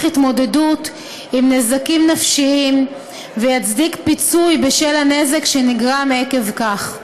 התמודדות עם נזקים נפשיים ויצדיק פיצוי בשל הנזק שנגרם עקב כך.